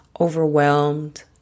overwhelmed